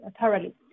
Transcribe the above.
thoroughly